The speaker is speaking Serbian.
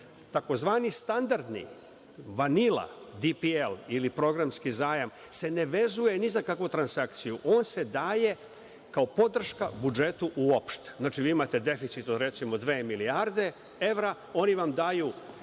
Takozvani standardni, vanila DPL, ili programski zajam se ne vezuje ni za kakvu transakciju, on se daje kao podrška budžetu u opšte. Znači vi imate deficit od recimo dve milijarde evra, oni vam daju